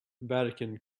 vatican